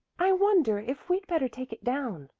i wonder if we'd better take it down,